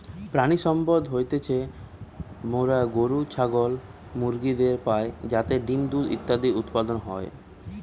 প্রাণিসম্পদ হইতে মোরা গরু, ছাগল, মুরগিদের পাই যাতে ডিম্, দুধ ইত্যাদি উৎপাদন হয়